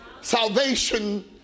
Salvation